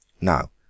Now